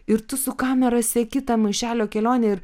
ir tu su kamera seki tą maišelio kelionę ir